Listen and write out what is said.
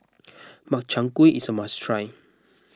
Makchang Gui is a must try